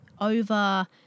over